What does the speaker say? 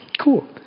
Cool